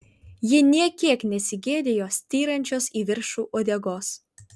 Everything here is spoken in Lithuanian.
ji nė kiek nesigėdijo styrančios į viršų uodegos